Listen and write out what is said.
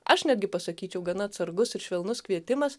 aš netgi pasakyčiau gana atsargus ir švelnus kvietimas